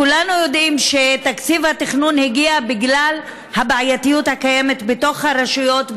כולנו יודעים שתקציב התכנון הגיע בגלל הבעייתיות הקיימת בתוך הרשויות,